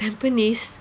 Tampines